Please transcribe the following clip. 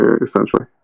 essentially